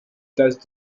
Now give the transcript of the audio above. tasse